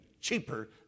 cheaper